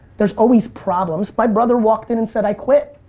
there's always problems. my brother walked in and said i quit.